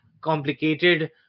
complicated